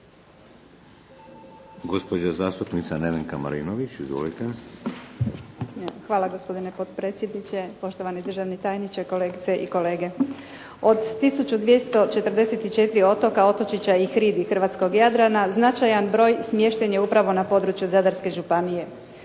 Hvala gospodine potpredsjedniče, poštovani državni tajniče, kolegice i kolege. Od 1244. otoka, otočića i hridi hrvatskog Jadrana značajan broj smješten je upravo na području Zadarske županije.